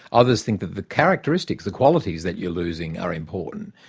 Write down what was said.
others think that the characteristics, the qualities that you're losing are important.